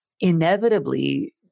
inevitably